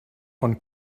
von